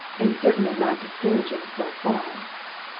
and certainly not discouraging so far.